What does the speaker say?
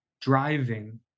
driving